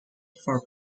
for